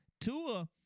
Tua